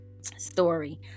story